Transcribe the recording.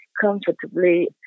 comfortably